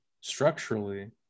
structurally